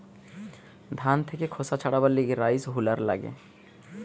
ধান থেকে খোসা ছাড়াবার লিগে রাইস হুলার লাগে